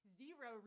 zero